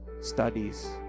studies